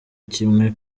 kimwe